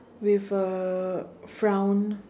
with a frown